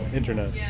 internet